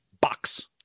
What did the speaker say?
box